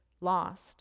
lost